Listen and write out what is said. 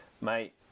Mate